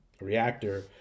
reactor